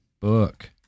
book